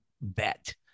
bet